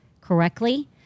correctly